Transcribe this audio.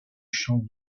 chant